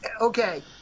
okay